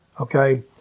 Okay